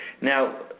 Now